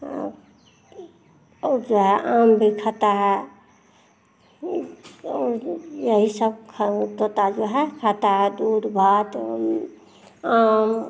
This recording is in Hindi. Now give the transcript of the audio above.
और और जो है आम भी खाता है और यही सब तोता जो है खाता है दूध भात आम